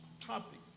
topic